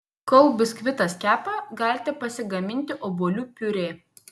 kol biskvitas kepa galite pasigaminti obuolių piurė